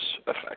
effect